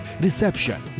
reception